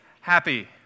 happy